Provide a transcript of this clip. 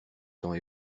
temps